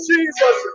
Jesus